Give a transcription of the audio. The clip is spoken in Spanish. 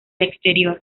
exterior